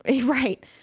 Right